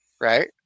right